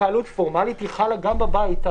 התקהלות פורמלית, היא חלה גם בבית.